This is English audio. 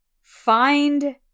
find